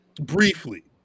briefly